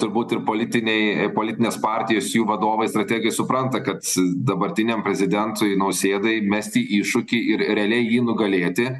turbūt ir politiniai politinės partijos jų vadovai strategai supranta kad dabartiniam prezidentui nausėdai mesti iššūkį ir realiai jį nugalėti